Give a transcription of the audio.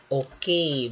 okay